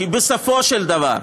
כי בסופו של דבר,